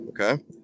Okay